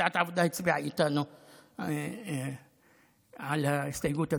סיעת העבודה הצביעה איתנו על ההסתייגות הזאת,